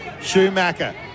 Schumacher